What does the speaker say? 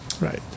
Right